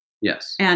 Yes